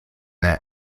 their